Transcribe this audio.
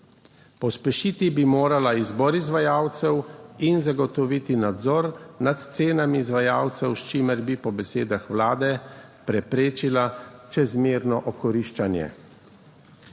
Pospešiti bi morala izbor izvajalcev in zagotoviti nadzor nad cenami izvajalcev, s čimer bi po besedah vlade preprečila čezmerno okoriščanje.